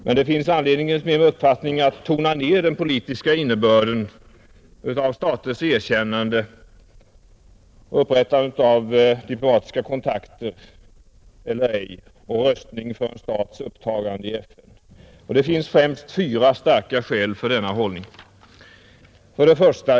Men det finns anledning enligt min uppfattning att tona ner den politiska innebörden av staters erkännande, upprättandet av diplomatiska kontakter eller ej och röstning för en stats upptagande i FN. Det finns främst fyra starka skäl för denna hållning: 1.